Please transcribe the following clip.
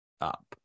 up